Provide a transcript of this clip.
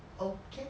okay